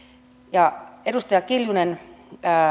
ja edustaja kiljunen